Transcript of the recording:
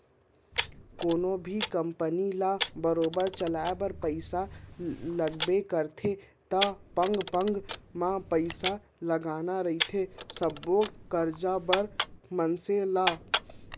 कोनो भी कंपनी ल बरोबर चलाय बर पइसा लगबे करथे पग पग म पइसा लगना रहिथे सब्बो कारज बर मनसे ल